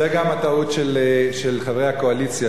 זו גם הטעות של חברי הקואליציה,